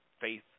Faith